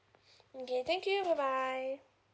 okay thank you bye bye